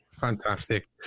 fantastic